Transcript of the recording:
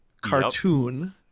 cartoon –